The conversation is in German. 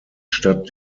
stadt